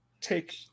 take